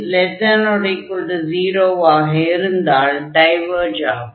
n≤0 ஆக இருந்தால் டைவர்ஜ் ஆகும்